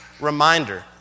reminder